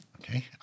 Okay